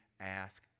Ask